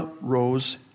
Rose